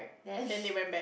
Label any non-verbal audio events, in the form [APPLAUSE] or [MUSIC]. then [LAUGHS]